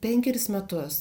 penkerius metus